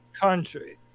Country